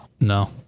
No